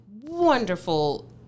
wonderful